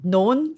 Known